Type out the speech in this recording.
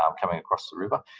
um coming across the river,